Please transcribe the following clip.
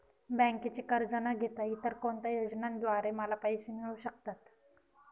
बँकेचे कर्ज न घेता इतर कोणत्या योजनांद्वारे मला पैसे मिळू शकतात?